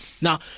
Now